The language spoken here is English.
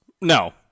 No